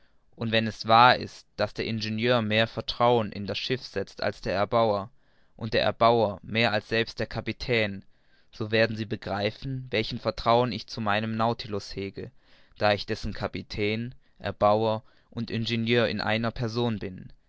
und wenn es wahr ist daß der ingenieur mehr vertrauen in das schiff setzt als der erbauer und der erbauer mehr als selbst der kapitän so werden sie begreifen welches vertrauen ich zu meinem nautilus hege da ich dessen kapitän erbauer und ingenieur in einer person bin